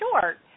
short